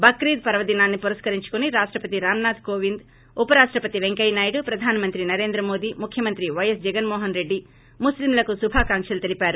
బక్రీద్ పర్వదిన్నాన్ని పురస్కరించుకోని రాష్టపతి రామ్ నాథ్ కోవింద్ ఉపరాష్ట పతి పెంకయ్య నాయుడు ప్రధానమంత్రి నరేంద్ర మోదీ ముఖ్యమంత్రి వై ఎస్ జగన్మోహన్ రెడ్డి ముస్లింలకు శుభాకాంక్షలు తెలిపారు